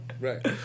right